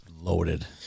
loaded